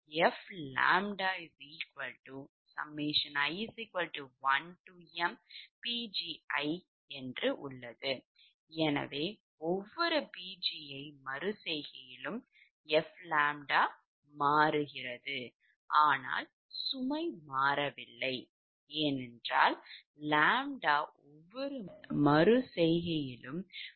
ஆனாலும்fʎi1mPgi எனவே ஒவ்வொரு Pgiமறு செய்கையிலும் fʎ மாறுகிறது ஆனால் சுமை மாறவில்லை ஏனென்றால் ʎ ஒவ்வொரு மறு செய்கையிலும் மாறிக்கொண்டே இருக்கிறது